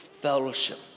fellowship